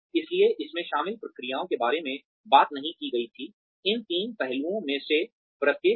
इसलिए इसमें शामिल प्रक्रियाओं के बारे में बात नहीं की गई थी इन तीन पहलुओं में से प्रत्येक में